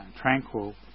tranquil